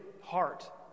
heart